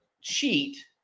cheat